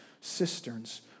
cisterns